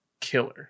killer